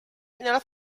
nella